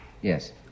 Yes